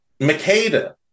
Makeda